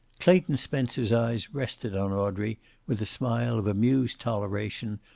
clayton spencer's eyes rested on audrey with a smile of amused toleration,